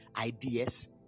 ideas